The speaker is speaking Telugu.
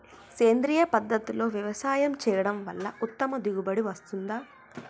సేంద్రీయ పద్ధతుల్లో వ్యవసాయం చేయడం వల్ల ఉత్తమ దిగుబడి వస్తుందా?